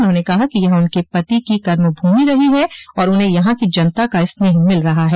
उन्होंने कहा कि यह उनके पति की कर्मभूमि रही है आर उन्हें यहां की जनता का स्नेह मिल रहा है